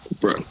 bro